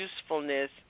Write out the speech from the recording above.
usefulness